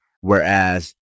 Whereas